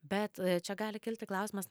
bet čia gali kilti klausimas